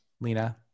lena